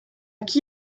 qui